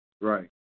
Right